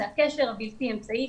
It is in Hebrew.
זה הקשר הבלתי אמצעי.